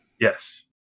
Yes